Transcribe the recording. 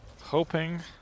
Hoping